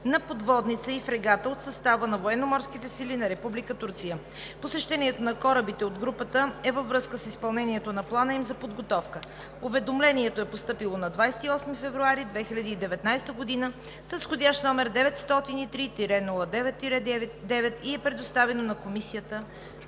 на подводница и фрегата от състава на Военноморските сили на Република Турция. Посещението на корабите от групата е във връзка с изпълнението на плана им за подготовка. Уведомлението е постъпило на 28 февруари 2019 г. с входящ № 903-09-9 и е предоставено на Комисията